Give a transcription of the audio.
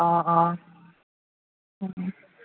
অঁ অঁ